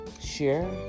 share